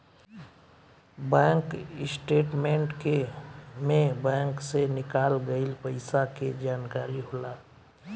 bank statement के में bank से निकाल गइल पइसा के जानकारी होला